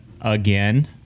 again